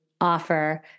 offer